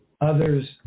others